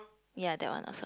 ya that one also